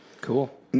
Cool